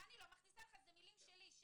אלו מילים שלי.